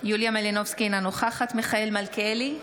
יוליה מלינובסקי, אינה נוכחת מיכאל מלכיאלי,